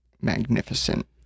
magnificent